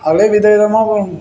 அப்படியே வித விதமாகவும்